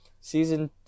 Season